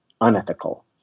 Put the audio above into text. unethical